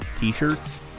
t-shirts